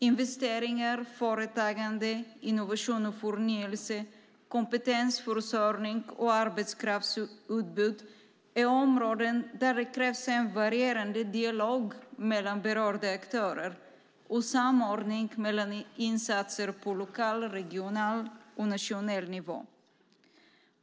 Investeringar, företagande, innovation och förnyelse, kompetensförsörjning och arbetskraftsutbud är områden där det krävs en varierande dialog mellan berörda aktörer och samordning mellan insatser på lokal, regional och nationell nivå.